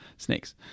Snakes